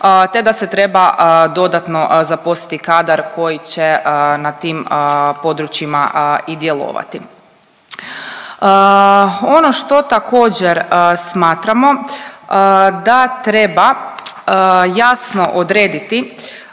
te da se treba dodatno zaposliti kadar koji će na tim područjima i djelovati. Ono što također smatramo da treba jasno odrediti